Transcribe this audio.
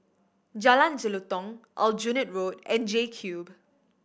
Jalan Jelutong Aljunied Road and JCube